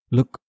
Look